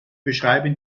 beschreiben